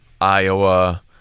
Iowa